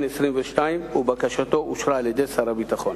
22 ובקשתו אושרה על-ידי שר הביטחון.